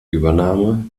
übernahme